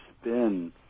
spin